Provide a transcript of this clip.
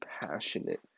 passionate